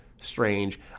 Strange